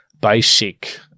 basic